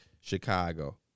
Chicago